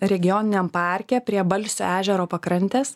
regioniniam parke prie balsio ežero pakrantės